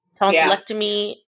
tonsillectomy